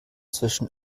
zwischen